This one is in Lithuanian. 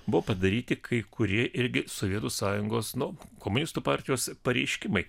buvo padaryti kai kurie irgi sovietų sąjungos nu komunistų partijos pareiškimai